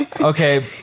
Okay